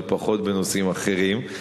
ופחות בנושאים אחרים,